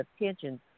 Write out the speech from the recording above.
attention